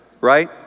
right